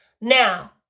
Now